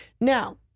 Now